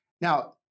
Now